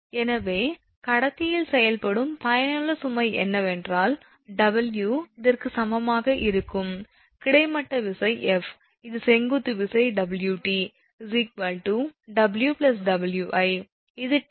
எனவே கடத்தியில் செயல்படும் பயனுள்ள சுமை என்னவென்றால் 𝑊 இதற்கு சமமாக இருக்கும் கிடைமட்ட விசை 𝐹 இது செங்குத்து 𝑊𝑇𝑊𝑊𝑖 இது 𝜃 மற்றும் இது 𝑊𝑒